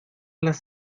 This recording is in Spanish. las